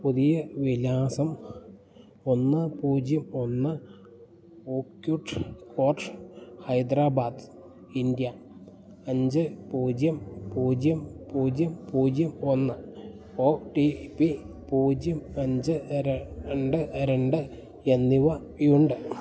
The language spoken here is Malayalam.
പുതിയ വിലാസം ഒന്ന് പൂജ്യം ഒന്ന് ഒക്യുട്ട് കോട്ട് ഹൈദരാബാദ് ഇന്ത്യ അഞ്ച് പൂജ്യം പൂജ്യം പൂജ്യം പൂജ്യം ഒന്ന് ഒ ടി പി പൂജ്യം അഞ്ച് രണ്ട് രണ്ട് എന്നിവയുണ്ട്